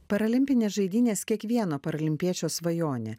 paralimpinės žaidynės kiekvieno paralimpiečio svajonė